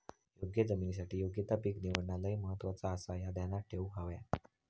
योग्य जमिनीसाठी योग्य ता पीक निवडणा लय महत्वाचा आसाह्या ध्यानात ठेवूक हव्या